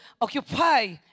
occupy